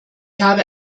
habe